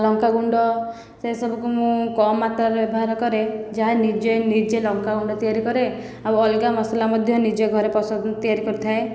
ଲଙ୍କା ଗୁଣ୍ଡ ସେ ସବୁକୁ ମୁଁ କମ୍ ମାତ୍ରାରେ ବ୍ୟବହାର କରେ ଯାହା ନିଜେ ନିଜେ ଲଙ୍କା ଗୁଣ୍ଡ ତିଆରି କରେ ଆଉ ଅଲଗା ମସଲା ମଧ୍ୟ ନିଜ ଘରେ ପସନ୍ଦ ତିଆରି କରିଥାଏ